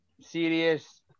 serious